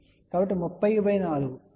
కాబట్టి 30 4 7